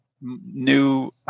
new